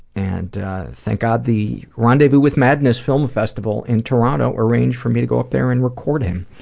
and thank god the rendezvous with madness film festival in toronto arranged for me to go up there and record him.